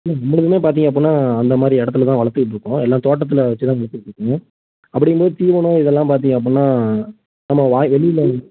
இல்லை முன்னாடிலாம் பார்த்திங்க அப்புடின்னா அந்த மாதிரி இடத்துல தான் வளர்த்துக்கிட்ருக்கோம் எல்லாம் தோட்டத்தில் வச்சு தான் வளர்த்துக்கிட்ருக்கோம் அப்படி இருந்தும் தீவனம் இதெல்லாம் பார்த்திங்க அப்புடின்னா நம்ம வாய் வெளியில